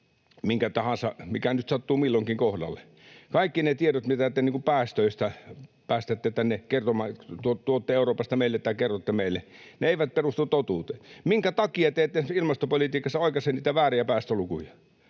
mikä nyt sattuu milloinkin kohdalle, ja kaikki ne tiedot, mitä te päästöistä päästätte tänne kertomaan, tuotte Euroopasta meille tai kerrotte meille, eivät perustu totuuteen. Minkä takia te ette ilmastopolitiikassa oikaise niitä vääriä päästölukuja?